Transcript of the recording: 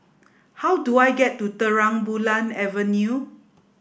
how do I get to Terang Bulan Avenue